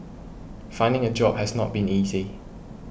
finding a job has not been easy